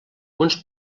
uns